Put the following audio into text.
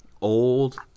old